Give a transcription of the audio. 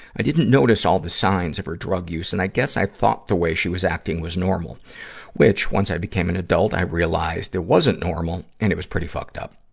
i didn't notice all the signs of her drug use, and i guess i thought the way she was acting was normal which, once i became an adult, i realized it wasn't normal and it was pretty fucked up.